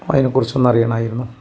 അതിനെക്കുറിച്ച് ഒന്ന് അറിയണമായിരുന്നു